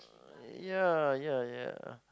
ya ya ya